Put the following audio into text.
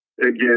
Again